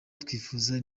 twifuza